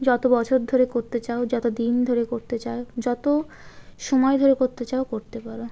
যত বছর ধরে করতে চাও যত দিন ধরে করতে চাও যত সময় ধরে করতে চাও করতে পারো